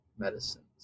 medicines